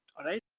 alright?